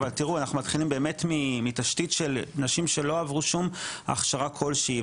אבל תראו אנחנו מתחילים באמת מתשתית של נשים שלא עברו שום הכשרה כלשהי.